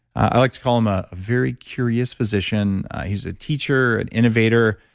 i like to call him a very curious physician he's a teacher, an innovator,